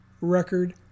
record